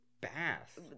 bath